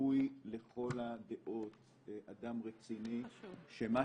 רשימת הדוברים הבאים: מיקי זוהר, משה מזרחי,